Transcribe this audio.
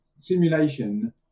simulation